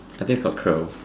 I think it's called Curl